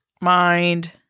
Mind